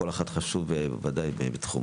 כל אחד חשוב בוודאי בתחומו.